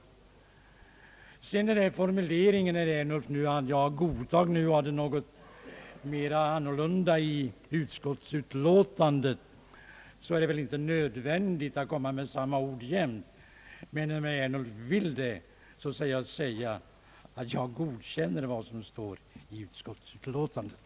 Vad sedan beträffar formuleringen, herr Ernulf, att vad jag godtagit är något annorlunda än vad som skrivits i utskottsutlåtandet, är det väl inte nödvändigt att jämt och ständigt komma med samma ord. Men om nu herr Ernulf vill det, skall jag säga att jag godkänner vad som står i utskottsutlåtandet.